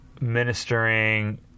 ministering